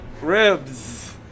ribs